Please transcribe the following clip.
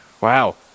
Wow